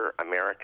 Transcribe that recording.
American